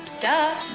Duh